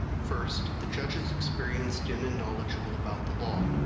first the judge is experienced in and knowledgeable about the law.